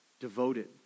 Devoted